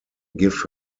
give